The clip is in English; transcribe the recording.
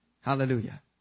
Hallelujah